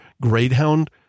Greyhound